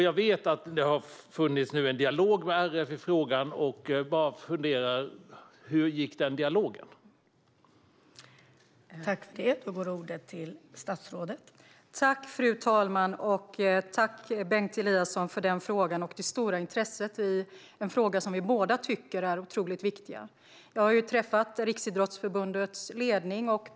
Jag vet att det har varit en dialog med RF om frågan, och jag undrar hur den dialogen gick.